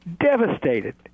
devastated